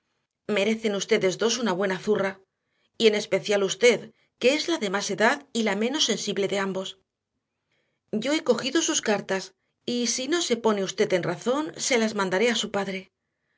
merecen ustedes dos una buena zurra y en especial usted que es la de más edad y la menos sensible de ambos yo he cogido sus cartas y si no se pone usted en razón se las mandaré a su padre